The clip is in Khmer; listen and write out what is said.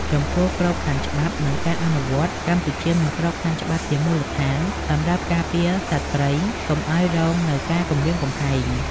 ចំពោះក្របខ័ណ្ឌច្បាប់ និងការអនុវត្តកម្ពុជាមានក្របខ័ណ្ឌច្បាប់ជាមូលដ្ឋានសម្រាប់ការពារសត្វព្រៃកុំឲ្យរងនៅការគំរាមគំហែង។